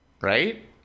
right